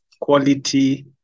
quality